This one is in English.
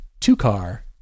two-car